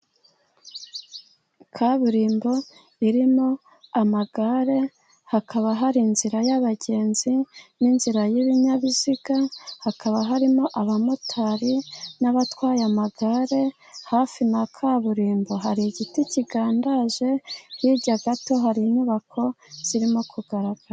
Kaburimbo irimo amagare, hakaba hari inzira y'abagenzi n'inzira y'ibinyabiziga. Hakaba harimo abamotari n'abatwaye amagare. Hafi na kaburimbo hari igiti kigandaye, hirya gato hari inyubako zirimo kugaragara.